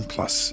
Plus